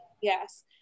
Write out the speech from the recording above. Yes